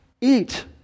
Eat